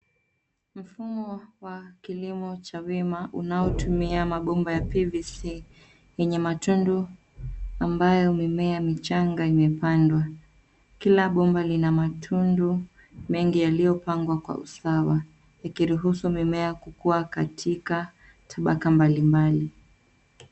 Mfumo wa kilimo cha wima unaotumia mabomba ya PVC yenye matundu ambayo mimea michanga imepandwa. Kila bomba lina matundu mengi yaliyopangwa kwa usawa ikiruhusu mimea kukua katika tambaka mbalimbali.